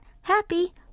Happy